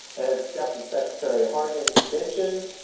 as deputy secretary hargan mentioned,